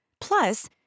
Plus